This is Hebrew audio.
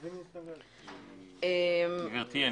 גברתי,